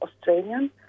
Australian